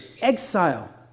exile